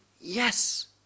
yes